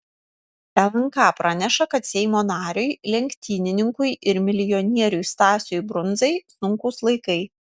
lnk praneša kad seimo nariui lenktynininkui ir milijonieriui stasiui brundzai sunkūs laikai